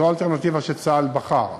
זאת האלטרנטיבה שצה"ל בחר.